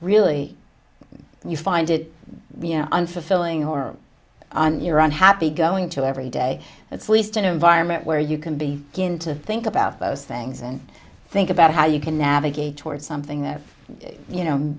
really you find it unfulfilling or you're unhappy going to every day at least in an environment where you can be going to think about those things and think about how you can navigate toward something that you know